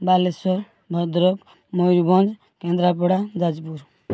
Balasore Bhadrak Mayurbhanj Kendrapara Jajpur